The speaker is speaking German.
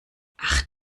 ach